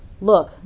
look